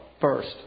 first